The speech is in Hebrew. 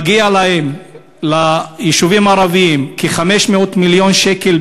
מגיעים ליישובים הערביים כ-500 מיליון שקל